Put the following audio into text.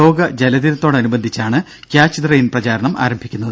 ലോക ജലദിനത്തോടനുബന്ധിച്ചാണ് catch the rain പ്രചാരണം ആരംഭിക്കുന്നത്